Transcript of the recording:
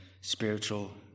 spiritual